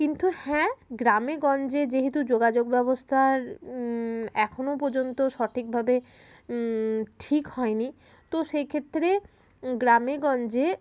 কিন্তু হ্যাঁ গ্রামেগঞ্জে যেহেতু যোগাযোগ ব্যবস্থা এখনো পর্যন্ত সঠিকভাবে ঠিক হয়নি তো সেই ক্ষেত্রে গ্রামেগঞ্জে